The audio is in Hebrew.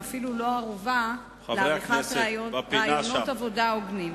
ואפילו לא ערובה לעריכת ראיונות עבודה הוגנים.